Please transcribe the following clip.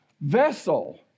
vessel